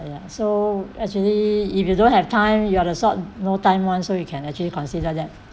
ya so actually if you don't have time you are the sort no time [one] so you can actually consider that